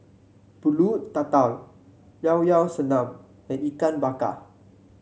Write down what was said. pulut tatal Llao Llao Sanum and Ikan Bakar